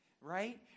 right